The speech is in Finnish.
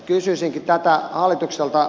kysyisinkin tätä hallitukselta